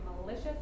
malicious